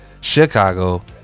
Chicago